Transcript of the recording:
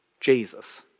Jesus